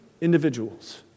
Individuals